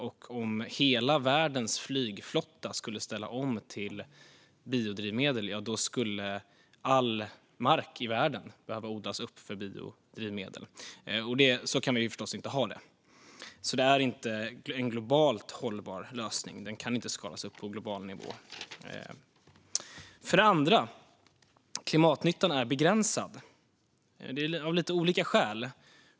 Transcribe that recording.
Och om hela världens flygflotta skulle ställa om till biodrivmedel skulle all mark i världen behöva odlas upp för biodrivmedel. Så kan vi förstås inte ha det. Det är alltså inte en globalt hållbar lösning. Den kan inte skalas upp på global nivå. För det andra är klimatnyttan begränsad av lite olika skäl.